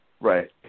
Right